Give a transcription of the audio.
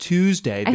Tuesday